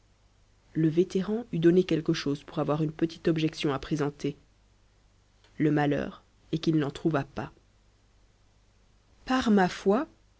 le vétéran eût donné quelque chose pour avoir une petite objection à présenter le malheur est qu'il n'en trouva pas par ma foi